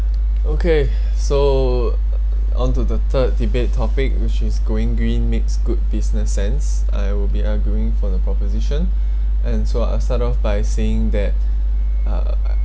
okay so onto the third debate topic which is going green makes good business sense I will be going for the proposition and so I'll start off by saying that uh